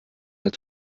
als